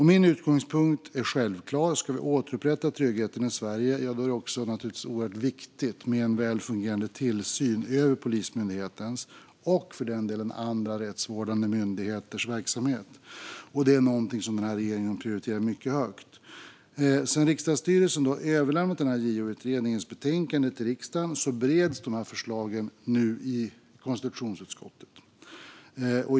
Min utgångspunkt är självklar: Ska vi återupprätta tryggheten i Sverige är det viktigt med en väl fungerande tillsyn över Polismyndighetens och andra rättsvårdande myndigheters verksamhet. Det är någonting som regeringen prioriterar mycket högt. Sedan riksdagsstyrelsen överlämnat JO-utredningens betänkande till riksdagen bereds förslagen nu i konstitutionsutskottet.